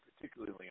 particularly